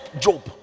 job